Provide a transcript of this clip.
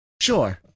Sure